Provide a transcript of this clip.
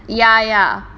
ya ya